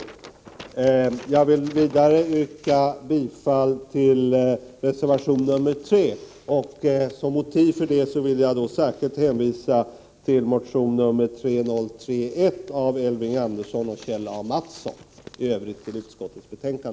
Vidare vill jag yrka bifall till reservation 3, och som motiv hänvisar jag till motion 3031 av Elving Andersson och Kjell Mattsson. I övrigt yrkar jag bifall till utskottets hemställan.